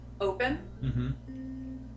open